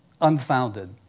unfounded